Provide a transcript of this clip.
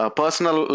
personal